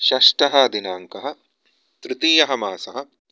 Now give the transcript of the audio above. षष्ठदिनाङ्कः तृतीयमासः